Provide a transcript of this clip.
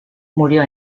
murió